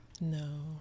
No